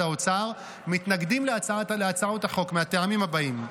האוצר מתנגדים להצעות החוק מהטעמים הבאים: